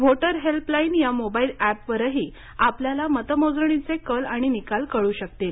voter helpline या मोबाईला एपवरही आपल्याला मतमोजणीचे काल आणि निकाल कळू शकतील